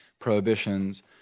prohibitions